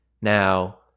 now